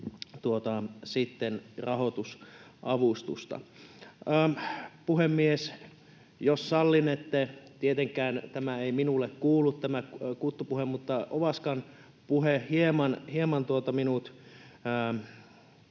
rahoitusavustusta. Puhemies! Jos sallinette, tietenkään tämä kuttupuhe ei minulle kuulu, mutta Ovaskan puhe hieman innosti